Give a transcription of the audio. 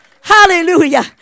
Hallelujah